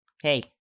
Hey